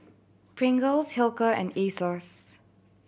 Pringles Hilker and Asos